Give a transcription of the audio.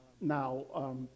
now